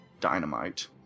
dynamite